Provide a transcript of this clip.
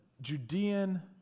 Judean